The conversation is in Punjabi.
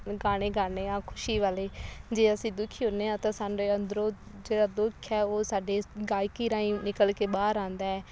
ਗਾਣੇ ਗਾਉਂਦੇ ਹਾਂ ਖੁਸ਼ੀ ਵਾਲੇ ਜੇ ਅਸੀਂ ਦੁਖੀ ਹੁੰਦੇ ਹਾਂ ਤਾਂ ਸਾਡੇ ਅੰਦਰੋਂ ਜਿਹੜਾ ਦੁੱਖ ਹੈ ਉਹ ਸਾਡੇ ਗਾਇਕੀ ਰਾਹੀਂ ਨਿਕਲ ਕੇ ਬਾਹਰ ਆਉਂਦਾ ਹੈ